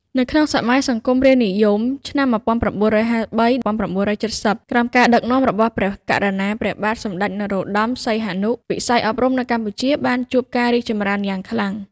នៅក្នុងសម័យ សង្គមរាស្រ្តនិយម (ឆ្នាំ ១៩៥៣-១៩៧០) ក្រោមការដឹកនាំរបស់ព្រះករុណាព្រះបាទ សម្ដេចព្រះនរោត្តម សីហនុ វិស័យអប់រំនៅកម្ពុជាបានជួបការរីកចម្រើនយ៉ាងខ្លាំង។